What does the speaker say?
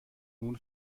nun